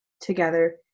together